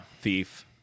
thief